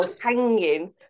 hanging